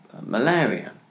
malaria